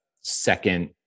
second